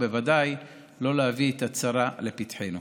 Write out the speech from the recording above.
ובוודאי לא להביא את הצרה לפתחנו.